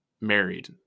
married